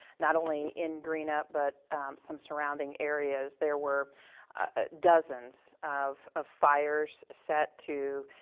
not only in greenup, but some surrounding areas. there were dozens of ah fires set to,